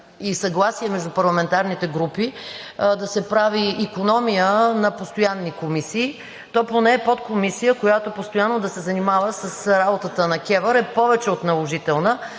и съгласие между парламентарните групи да се прави икономия на постоянни комисии, то поне подкомисия, която постоянно да се занимава с работата на КЕВР, е повече от наложителна.